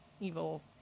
evil